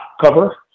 cover